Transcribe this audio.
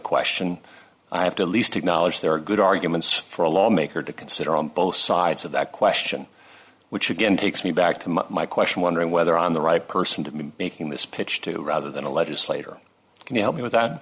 question i have to least acknowledge there are good arguments for a lawmaker to consider on both sides of that question which again takes me back to my question wondering whether on the right person to be making this pitch to rather than a legislator can you help me with that